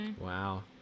wow